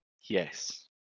yes